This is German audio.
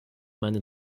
meine